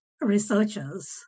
researchers